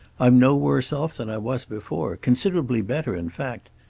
i'm no worse off than i was before considerably better, in fact.